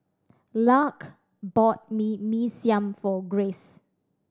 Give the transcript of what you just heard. Lark bought me Mee Siam for Grace